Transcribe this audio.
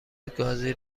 گازی